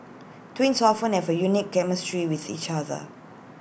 twins often have A unique chemistry with each other